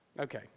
Okay